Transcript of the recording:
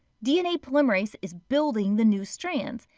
dna polymerase is building the new strands.